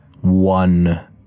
one